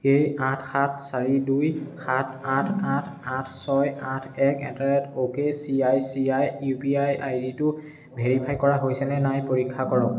এই আঠ সাত চাৰি দুই সাত আঠ আঠ আঠ ছয় আঠ এক at the rate okay C I C I U P I I ditto verify কৰা হৈছেনে নাই পৰীক্ষা কৰক